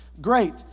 great